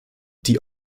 die